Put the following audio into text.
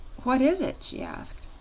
what is it? she asked.